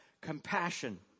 compassion